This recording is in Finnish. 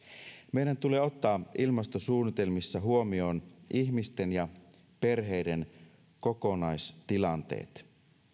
meidän tulee ottaa ilmastosuunnitelmissa huomioon ihmisten ja perheiden kokonaistilanteet